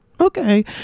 okay